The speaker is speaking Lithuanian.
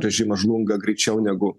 režimas žlunga greičiau negu